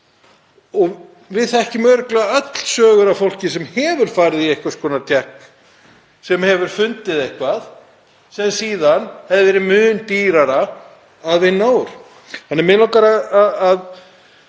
Við þekkjum örugglega öll sögur af fólki sem hefur farið í einhvers konar tékk og hefur fundið eitthvað sem seinna hefði verið mun dýrara að vinna úr.